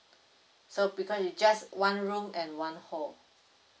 so because it just one room and one hall